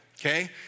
Okay